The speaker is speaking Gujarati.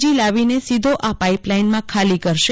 જી લાવીને સીધો આ પાઈપલાઈનમાં ખાલી કરશે